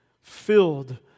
filled